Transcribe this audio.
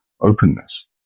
openness